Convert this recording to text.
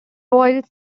royals